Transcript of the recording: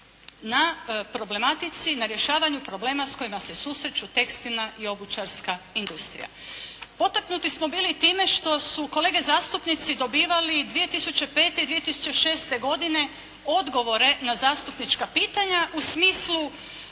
na problematici, na rješavanju problema s kojima se susreću tekstilna i obućarska industrija? Potaknuti smo bili time što su kolege zastupnici dobivali 2005. i 2006. godine odgovore na zastupnička pitanja u smislu